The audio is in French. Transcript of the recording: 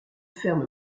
ferme